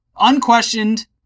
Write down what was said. unquestioned